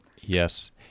Yes